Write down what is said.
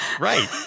Right